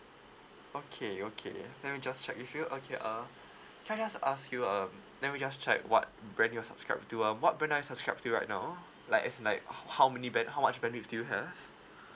okay okay let me just check with you okay uh can I just ask you um let me just check what brand you're subscribe to um what brand are you subscribe to right now like is like how how many band how much bandwidth do you have